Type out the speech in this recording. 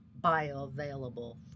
bioavailable